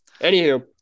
Anywho